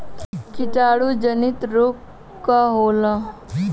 कीटाणु जनित रोग का होला?